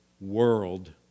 world